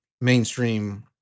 mainstream